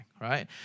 right